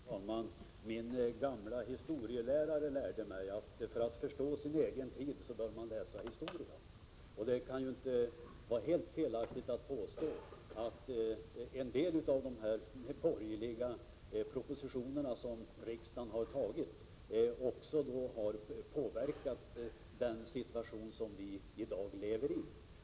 Fru talman! Min gamla historielärare lärde mig, att för att förstå sin egen tid bör man läsa historia. Det kan inte vara helt felaktigt att påstå att en del av de borgerliga propositoner som riksdagen har antagit också har påverkat dagens situation.